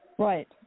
Right